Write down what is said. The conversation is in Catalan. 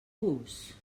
vos